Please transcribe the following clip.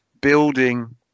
building